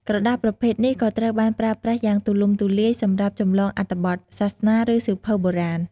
ក្រដាសប្រភេទនេះក៏ត្រូវបានប្រើប្រាស់យ៉ាងទូលំទូលាយសម្រាប់ ចម្លងអត្ថបទសាសនា ឬសៀវភៅបុរាណ។